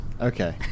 Okay